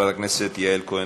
מס' 6299,